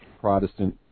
Protestant